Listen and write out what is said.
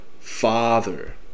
Father